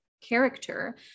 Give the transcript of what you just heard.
character